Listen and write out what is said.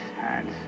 hands